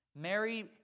mary